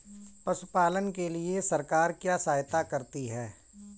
पशु पालन के लिए सरकार क्या सहायता करती है?